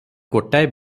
ଗୋଟାଏ